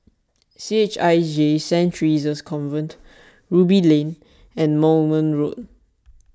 C H I J Saint theresa's Convent Ruby Lane and Moulmein Road